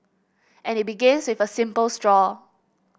and it begins with a simple straw